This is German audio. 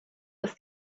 ist